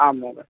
आम् महोदय